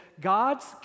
God's